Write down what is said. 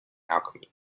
alchemy